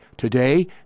Today